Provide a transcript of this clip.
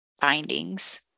findings